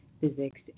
physics